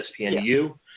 ESPNU